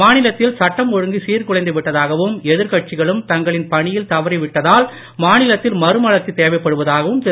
மாநிலத்தில் சட்டம் ஒழுங்கு சீர்குலைந்து விட்டதாகவும் எதிர்கட்சிகளும் தங்களின் பணியில் தவறிவிட்டதால் மாநிலத்தில் மறுமலர்ச்சி தேவைப்படுவதாகவும் திரு